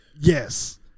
Yes